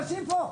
אנשים פה,